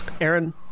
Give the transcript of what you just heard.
Aaron